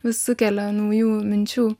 vis sukelia naujų minčių